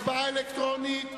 הצבעה אלקטרונית.